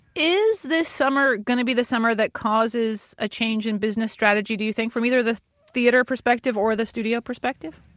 is this summer going to be the summer that causes a change in business strategy, do you think, from either the theater perspective or the studio perspective?